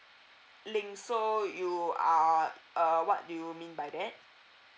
link so you are uh what do you mean by that